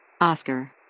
Oscar